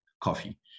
coffee